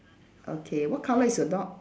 okay what colour is your dog